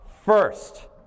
first